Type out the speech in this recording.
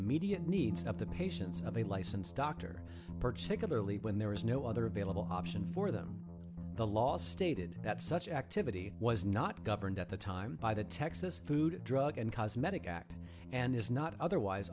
immediate needs of the patients of a licensed doctor particularly when there is no other available option for them the laws stated that such activity was not governed at the time by the texas food drug and cosmetic act and is not otherwise